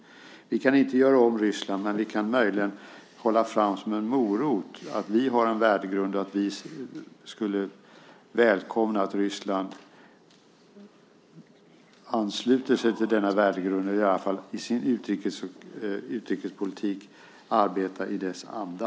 Vi kan inte göra om Ryssland, men vi kan möjligen hålla fram som en morot att vi har en värdegrund och att vi skulle välkomna att Ryssland ansluter sig till denna värdegrund eller i alla fall i sin utrikespolitik arbetar i dess anda.